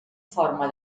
forma